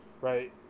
Right